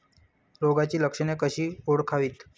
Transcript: रोगाची लक्षणे कशी ओळखावीत?